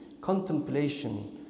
contemplation